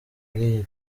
iyi